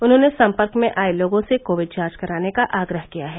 उन्होने संपर्क में आए लोगों से कोविड जांच कराने का आग्रह किया है